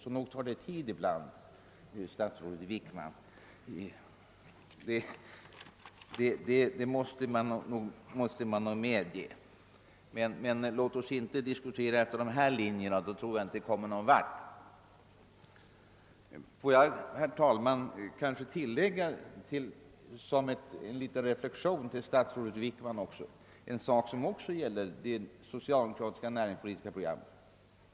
Så visst tar det tid ibland — det måste nog statsrådet Wickman medge. Men låt oss inte diskutera efter de linjerna. Då kommer vi ingen vart. Tillåt mig sedan göra en liten reflexion till statsrådet Wickmans a&nförande, som rör en punkt i det näringspolitiska programmet.